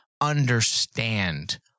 understand